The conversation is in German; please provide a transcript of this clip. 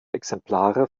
exemplare